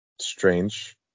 strange